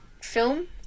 film